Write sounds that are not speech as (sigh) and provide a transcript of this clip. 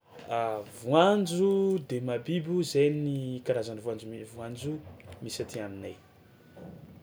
(hesitation) Voanjo de mahabibo zay ny karazany voanjo mi- voanjo misy aty aminay.